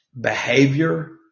behavior